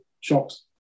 shops